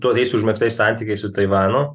tokiais užmegztais santykiais su taivanu